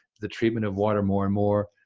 the treatment of water more and more,